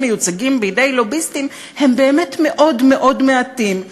מיוצגים בידי לוביסטים הם באמת מאוד מאוד מעטים,